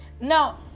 Now